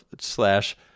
slash